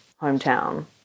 hometown